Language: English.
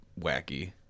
wacky